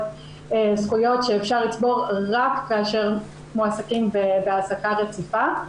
זכויות שאפשר לצבור רק כאשר מועסקים בהעסקה רציפה.